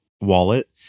wallet